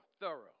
thorough